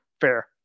Fair